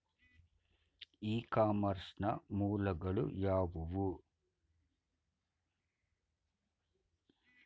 E commerce ನ ಮೂಲಗಳು ಯಾವುವು?